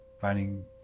finding